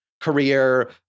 career